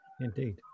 Indeed